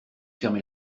fermer